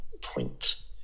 point